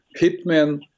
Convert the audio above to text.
Hitman